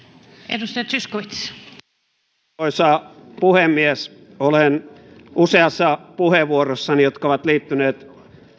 arvoisa puhemies olen useassa puheenvuorossani jotka ovat liittyneet